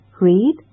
read